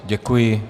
Děkuji.